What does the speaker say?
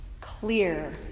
Clear